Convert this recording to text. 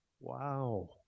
Wow